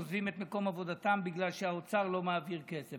עוזבים את מקום עבודתם בגלל שהאוצר לא מעביר כסף.